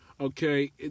Okay